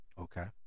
Okay